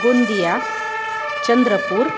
Gondia Chandrapur